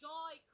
Joy